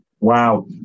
Wow